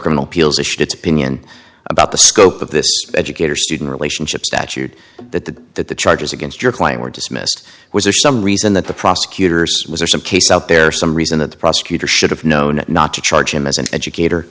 shits opinion about the scope of this educator student relationship statute that the that the charges against your client were dismissed was there some reason that the prosecutors was there some case out there some reason that the prosecutor should have known not to charge him as an educator